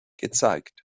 gezeigt